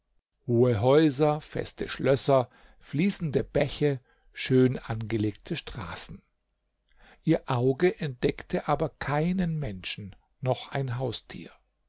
hohe häuser feste schlösser fließende bäche schön angelegte straßen ihr auge entdeckte aber keinen menschen noch ein haustier